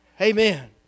Amen